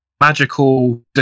magical